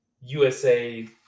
USA